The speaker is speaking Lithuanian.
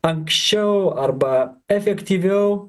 anksčiau arba efektyviau